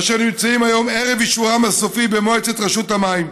אשר נמצאים היום ערב אישורם הסופי במועצת רשות המים.